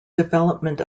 development